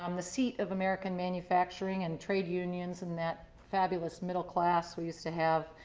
um the seat of american manufacturing and trade unions and that fabulous middle class we used to have,